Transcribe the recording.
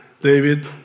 David